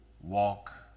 walk